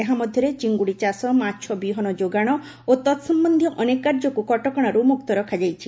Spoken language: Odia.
ଏହାମଧ୍ୟରେ ଚିଙ୍ଗୁଡ଼ି ଚାଷ ମାଛ ବିହନ ଯୋଗାଣ ଓ ତତ୍ସମ୍ୟନ୍ଧୀୟ ଅନେକ କାର୍ଯ୍ୟକୁ କଟକଶାରୁ ମୁକ୍ତ ରଖାଯାଇଛି